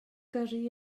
gyrru